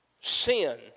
Sin